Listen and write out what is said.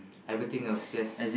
everything was just